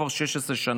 כבר 16 שנה.